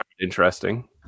interesting